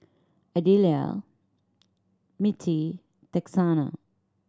Adelia Mittie Texanna